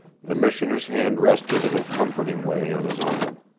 the missioner's hand rested in a comforting way on his arm.